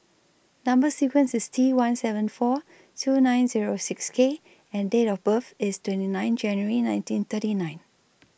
Number sequence IS T one seven four two nine Zero six K and Date of birth IS twenty nine January nineteen thirty nine